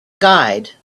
guide